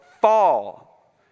fall